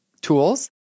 tools